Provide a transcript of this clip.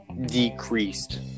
decreased